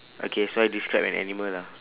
okay so I describe an animal lah